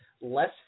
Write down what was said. less